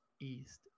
east